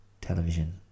television